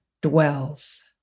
dwells